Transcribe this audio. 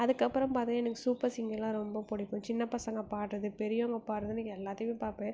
அதுக்கப்புறம் பார்த்தா எனக்கு சூப்பர் சிங்கரெலாம் ரொம்ப பிடிக்கும் சின்ன பசங்க பாடுறது பெரியவங்க பாடுறதுன்னு எல்லாத்தையும் பார்ப்பேன்